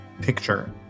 picture